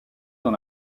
dans